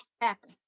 happen